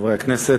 חברי הכנסת,